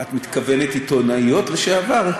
את מתכוונת עיתונאיות לשעבר?